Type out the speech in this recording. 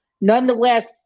Nonetheless